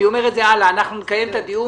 אני אומר את זה הלאה: אנחנו נקיים את הדיון,